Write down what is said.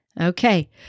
Okay